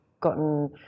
gotten